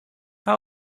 how